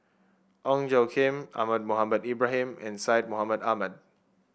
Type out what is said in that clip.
Ong Tjoe Kim Ahmad Mohamed Ibrahim and Syed Mohamed Ahmed